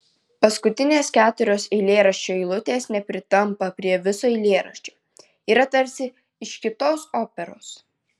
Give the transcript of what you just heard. paskutinės keturios eilėraščio eilutės nepritampa prie viso eilėraščio yra tarsi iš kitos operos